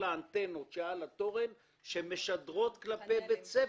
האנטנות שעל התורן שמשדרות כלפי בית הספר.